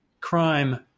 Crime